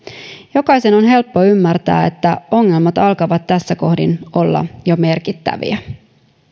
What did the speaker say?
jokaisen on helppo ymmärtää että ongelmat alkavat tässä kohdin jo olla merkittäviä